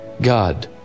God